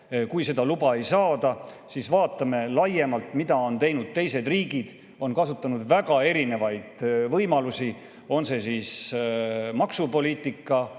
Kui seda luba ei saada, siis vaatame laiemalt, mida on teinud teised riigid. Nad on kasutanud väga erinevaid võimalusi: maksupoliitika,